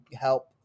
help